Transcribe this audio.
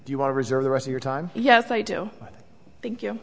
you want to reserve the rest of your time yes i do think you